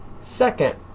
Second